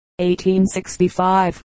1865